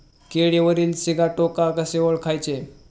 केळीवरील सिगाटोका कसे ओळखायचे?